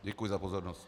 Děkuji za pozornost.